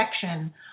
section